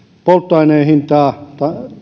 polttoaineen hintaa